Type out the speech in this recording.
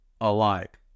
alike